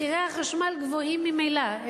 מחירי חשמל גבוהים ממילא,